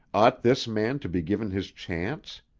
ought this man to be given his chance?